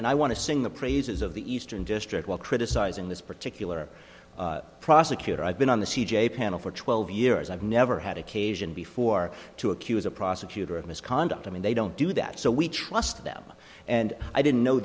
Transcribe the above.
and i want to sing the praises of the eastern district while criticizing this particular prosecutor i've been on the c j panel for twelve years i've never had occasion before to accuse a prosecutor of misconduct i mean they don't do that so we trust them and i didn't know